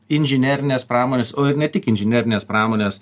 inžinerinės pramonės o ir ne tik inžinerinės pramonės